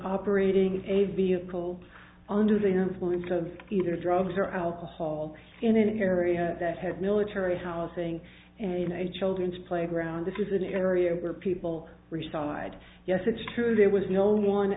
operating a vehicle under the influence of either drugs or alcohol in an area that had military housing in a children's playground this is an area where people were side yes it's true there was no one